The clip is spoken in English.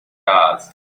does